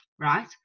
Right